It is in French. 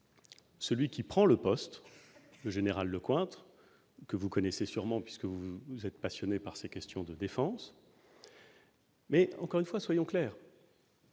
celui qui prend le poste le général Lecointre, que vous connaissez sûrement puisque vous vous êtes passionné par ces questions de défense. Mais encore une fois soyons clairs.